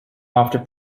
after